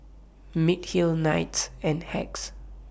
Mediheal Knights and Hacks